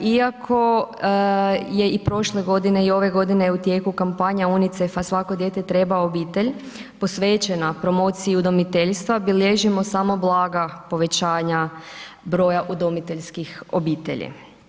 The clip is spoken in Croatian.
Iako je i prošle godine i ove godine je u tijeku kampanja UNICEF-a „Svako dijete treba obitelj“, posvećena promociji udomiteljstva bilježimo samo blaga povećanja broja udomiteljskih obitelji.